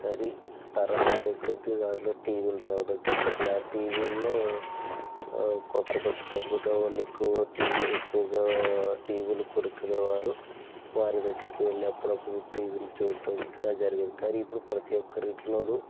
కానీ తరం మారే కొద్ది దానిలో టివీలు రావడం జరగింది ఆ టీవీలో కొంత మంది డబ్బున వాళ్ళు ఎక్కువగా టివీ ఎక్కువగా టివీలు కొనుకునేవారు వారి దగ్గరకి వెళ్ళి అప్పుడప్పుడు టివీలు చూడటం ఇలా జరిగేది కానీ ఇప్పుడు ప్రతి ఒక్కరి ఇంట్లోను